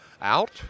out